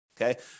Okay